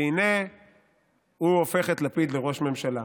והינה הוא הופך את לפיד לראש ממשלה.